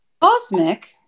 Cosmic